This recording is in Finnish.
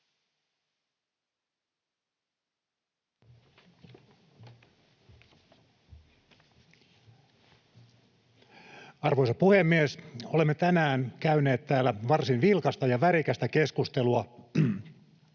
Arvoisa puhemies! Olemme tänään käyneet täällä varsin vilkasta ja värikästä keskustelua